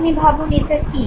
আপনি ভাবুন এটা কী